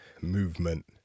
movement